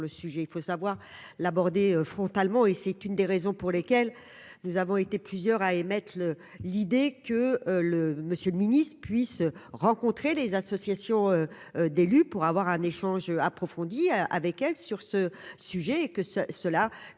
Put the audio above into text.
il faut savoir l'aborder frontalement et c'est une des raisons pour lesquelles nous avons été plusieurs à émettre l'idée que le Monsieur le Ministre, puissent rencontrer les associations d'élus pour avoir un échange approfondi avec elle sur ce sujet que ce